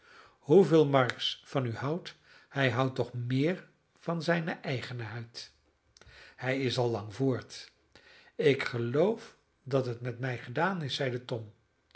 hoeveel marks van u houdt hij houdt toch meer van zijne eigene huid hij is al lang voort ik geloof dat het met mij gedaan is zeide tom